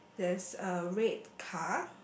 there's a red car